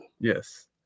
Yes